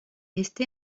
resté